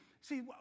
See